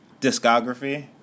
discography